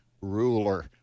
ruler